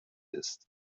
ist